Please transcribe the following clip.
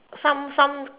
some some